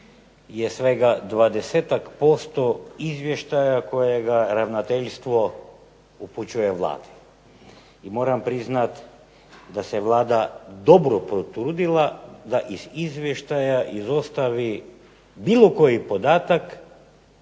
je svega 20-ak% izvještaja kojega ravnateljstvo upućuje Vladi. I moram priznati da se Vlada dobro potrudila da iz izvještaja izostavi bilo koji podatak